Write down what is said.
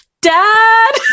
Dad